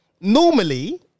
Normally